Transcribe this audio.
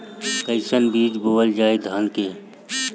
कईसन बीज बोअल जाई धान के?